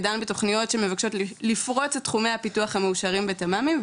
ודן בתוכניות שמבקשות לפרוץ את תחומי הפיתוח המאושרים בתמ"מים,